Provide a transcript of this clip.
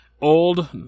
old